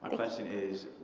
question is,